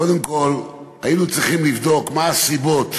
קודם כול, היינו צריכים לבדוק מה הסיבות